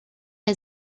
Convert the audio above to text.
der